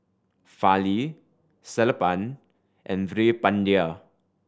Fali Sellapan and Veerapandiya